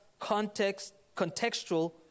contextual